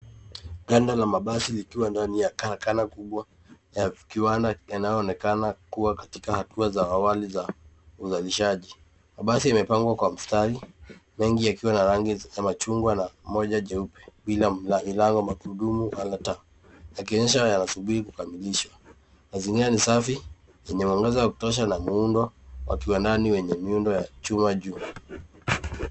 Ganda la mabasi likiwa ndani ya karakana kubwa ya kiwanda yanayoonekana kuwa katika hatua za awali za uzalishaji. Mabasi yamepangwa kwa mstari mengi yakiwa na rangi ya machungwa na moja jeupe bila milango, magurudumu ama taa, yakionyesha yanasubiri kukamilishwa. Mazingira ni safi yenye mwangaza wa kutosha na muundo wa kiwandani wenye miundo wa chuma juu.